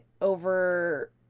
over